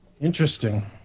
interesting